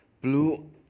blue